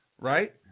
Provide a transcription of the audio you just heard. right